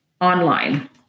online